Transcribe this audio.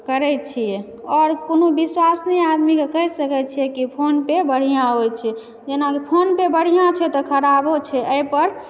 करै छी आओर कोनो विश्वसनीय आदमीके कहि सकै छियै की फोनपे बढ़िआँ होइ छै जेना फोनपे बढ़िआँ छै तऽ खराबो छै अइपर